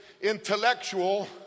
intellectual